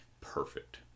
perfect